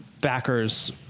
backers